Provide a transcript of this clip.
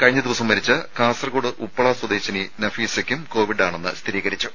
കഴിഞ്ഞ ദിവസം മരിച്ച കാസർകോട് ഉപ്പള സ്വദേശിനി നഫീസയ്ക്കും കോവിഡ് ആണെന്ന് സ്ഥിരീകരിച്ചു